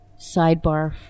sidebar